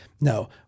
no